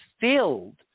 filled